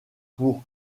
pour